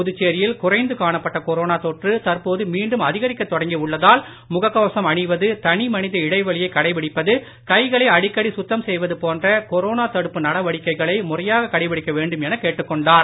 புதுச்சேரியில் குறைந்து காணப்பட்ட கொரோனா தொற்று தற்போது மீண்டும் அதிகரிக்கத் தொடங்கி உள்ளதால் முகக் கவசம் அணிவது தனிமனித இடைவெளியை கடைபிடிப்பது கைகளை அடிக்கடி சுத்தம் செய்வது போன்ற கொரோனா தடுப்பு நடவடிக்கைகளை முறையாக கடைபிடிக்க வேண்டும் என கேட்டுக்கொண்டார்